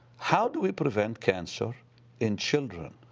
how do we prevent cancer in children,